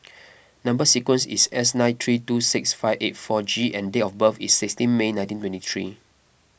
Number Sequence is S nine three two six five eight four G and date of birth is sixteen May nineteen twentythree